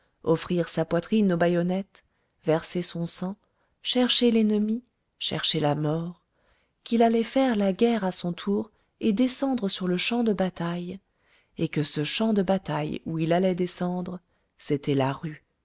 offrir sa poitrine aux bayonnettes verser son sang chercher l'ennemi chercher la mort qu'il allait faire la guerre à son tour et descendre sur le champ de bataille et que ce champ de bataille où il allait descendre c'était la rue